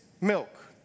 milk